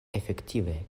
efektive